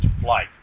flight